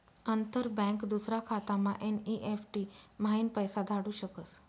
अंतर बँक दूसरा खातामा एन.ई.एफ.टी म्हाईन पैसा धाडू शकस